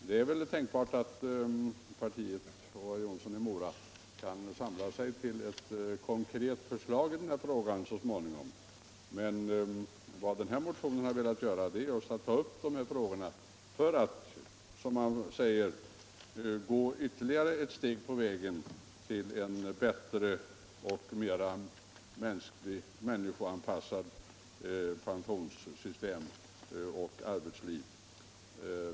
Det är väl tänkbart att partiet och herr Jonsson i Mora kan samla sig till ett konkret förslag så småningom, men vad motionen velat göra är att ta upp frågorna till belysning för att komma ytterligare ett steg på vägen till ett bättre och mer människoanpassat arbetsliv och pensionssystem.